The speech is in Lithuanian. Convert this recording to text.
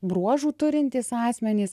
bruožų turintys asmenys